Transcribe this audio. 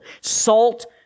Salt